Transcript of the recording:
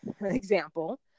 example